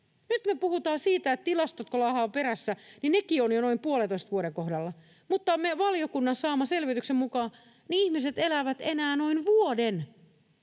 Nyt me puhutaan siitä, että kun tilastot laahaavat perässä, niin nekin ovat jo noin puolentoista vuoden kohdalla, mutta valiokunnan saaman selvityksen mukaan ihmiset elävät enää noin vuoden